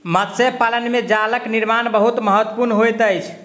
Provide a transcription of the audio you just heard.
मत्स्य पालन में जालक निर्माण बहुत महत्वपूर्ण होइत अछि